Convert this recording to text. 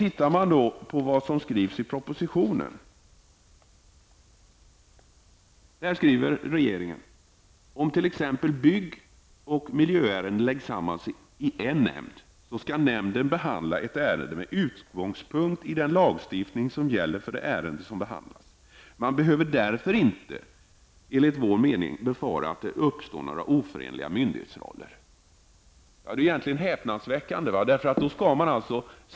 I propositionen skriver regeringen: Om t.ex. byggoch miljöärenden läggs samman i en nämnd, skall nämnden behandla ett ärende med utgångspunkt i den lagstiftning som gäller för det ärende som behandlas. Man behöver därför inte enligt vår mening befara att det uppstår några oförenliga myndighetsroller. Egentligen är detta häpnadsväckande.